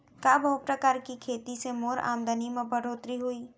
का बहुप्रकारिय खेती से मोर आमदनी म बढ़होत्तरी होही?